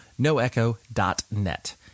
noecho.net